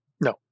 No